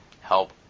help